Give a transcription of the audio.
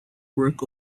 work